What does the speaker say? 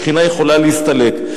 השכינה יכולה להסתלק.